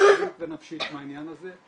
כלכלית ונפשית מהעניין הזה,